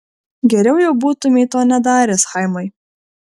geriau jau būtumei to nedaręs chaimai